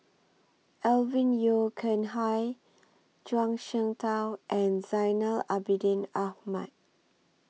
Alvin Yeo Khirn Hai Zhuang Shengtao and Zainal Abidin Ahmad